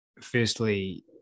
Firstly